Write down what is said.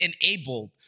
enabled